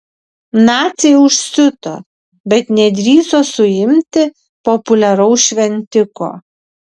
naciai užsiuto bet nedrįso suimti populiaraus šventiko